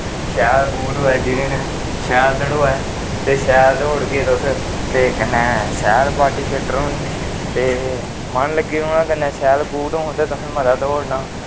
शैल बूट होऐ जेह्दै नै शैल दड़ोऐ ते शैल दौड़गे तुस ते कन्नै शैल बॉड्डी फिट्ट रौह्नी ते मन लग्गी रौह्ना कन्नै शैल बूट होन ते तुसें मता दौड़नां